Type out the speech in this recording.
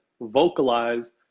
vocalize